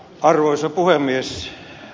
arvoisa puhemies